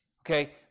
Okay